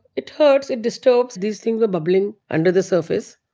it hurts. it disturbs these things are bubbling under the surface.